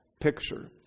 picture